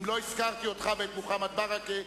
אם לא הזכרתי אותך ואת מוחמד ברכה,